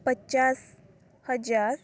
ପଚାଶ ହଜାର